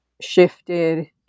shifted